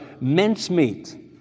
mincemeat